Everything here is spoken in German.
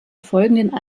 folgenden